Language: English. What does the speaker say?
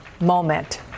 moment